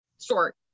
short